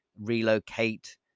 relocate